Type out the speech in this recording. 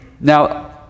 Now